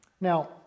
Now